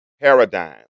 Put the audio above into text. paradigm